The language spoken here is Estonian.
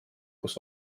kus